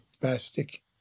plastic